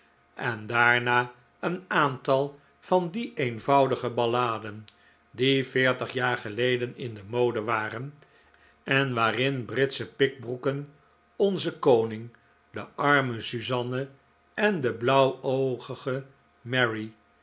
en daarna een aantal van die eenvoudige balladen die veertig jaar geleden in de mode waren en waarin britsche pikbroeken onze koning de arme suzanne en de blauw oogige marie